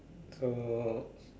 so